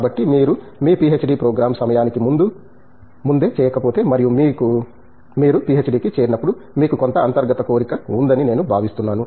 కాబట్టి మీరు మీ పిహెచ్డి ప్రోగ్రామ్ సమయానికి ముందే చేయకపోతే మరియు మీరు పిహెచ్డి కి చేరినప్పుడు మీకు కొంత అంతర్గత కోరిక ఉందని నేను భావిస్తున్నాను